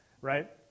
right